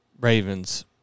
Ravens